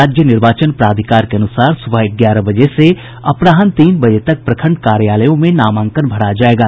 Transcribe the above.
राज्य निर्वाचन प्राधिकार के अनुसार सुबह ग्यारह बजे से अपराहन तीन बजे तक प्रखंड कार्यालयों में नामांकन भरा जायेगा